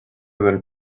than